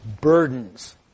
burdens